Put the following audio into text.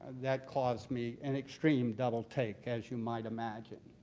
that caused me an extreme double-take, as you might imagine.